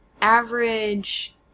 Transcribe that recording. average